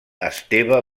esteve